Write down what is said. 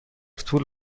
طول